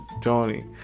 Tony